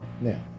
now